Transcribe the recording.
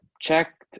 checked